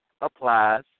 applies